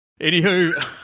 Anywho